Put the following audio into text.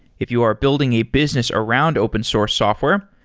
if you are building a business around open source software,